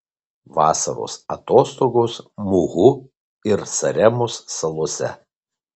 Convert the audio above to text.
vasaros atostogos muhu ir saremos salose